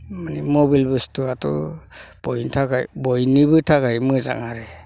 मानि मबेल बुस्थुआथ' बयनि थाखाय बयनिबो थाखाय मोजां आरो